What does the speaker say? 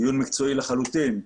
דיון מקצועי לחלוטין,